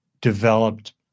developed